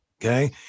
Okay